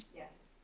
yes.